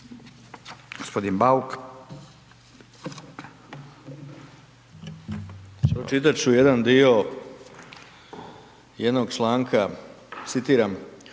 gospodin Bačić